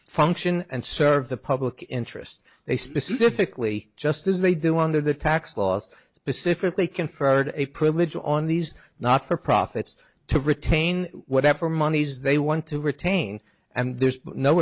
function and serve the public interest they specifically just as they do under the tax laws specifically conferred a privilege on these not for profits to retain whatever monies they want to retain and there's no